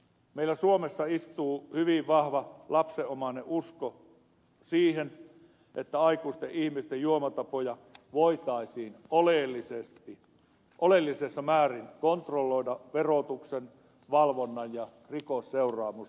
meillä suomessa istuu hyvin vahva lapsenomainen usko siihen että aikuisten ihmisten juomatapoja voitaisiin oleellisessa määrin kontrolloida verotuksen valvonnan ja rikosseuraamusten keinoin